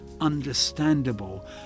understandable